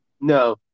No